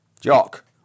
Jock